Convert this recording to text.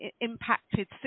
impacted